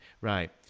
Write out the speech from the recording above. right